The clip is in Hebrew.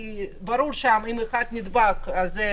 אותו הדבר לכל